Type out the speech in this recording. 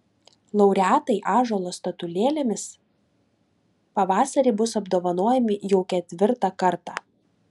laureatai ąžuolo statulėlėmis pavasarį bus apdovanojami jau ketvirtą kartą